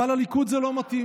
אבל לליכוד זה לא מתאים.